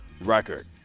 record